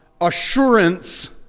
assurance